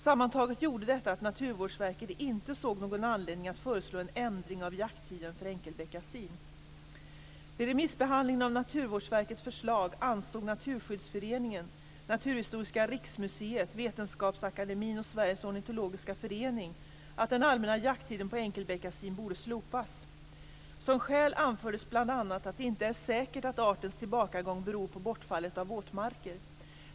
Sammantaget gjorde detta att Naturvårdsverket inte såg någon anledning att föreslå en ändring av jakttiden för enkelbeckasin. Vid remissbehandlingen av Naturvårdsverkets förslag ansåg Naturskyddsföreningen, Naturhistoriska riksmuseet, Vetenskapsakademien och Sveriges ornitologiska förening att den allmänna jakttiden på enkelbeckasin borde slopas. Som skäl anfördes bl.a. att det inte är säkert att artens tillbakagång beror på bortfallet av våtmarker.